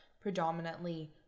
predominantly